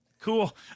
Cool